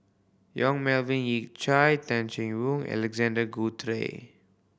Yong Melvin Yik Chai Tay Chin Alexander Guthrie